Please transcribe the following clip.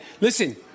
Listen